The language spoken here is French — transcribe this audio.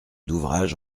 d’ouvrage